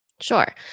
Sure